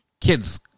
kids